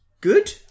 good